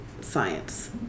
science